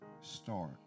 start